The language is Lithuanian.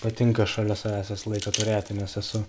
patinka šalia savęs visą laiką turėti nes esu